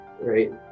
right